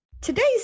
Today's